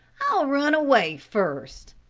i'll run away first.